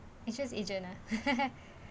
it's just agent ah